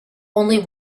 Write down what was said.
only